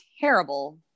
terrible